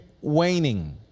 waning